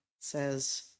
says